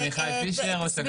עמיחי פישר, ראש אגף רגולציה.